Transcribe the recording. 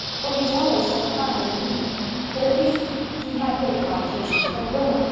for he is always so quiet and meek but at least he had great provocation, for marilla,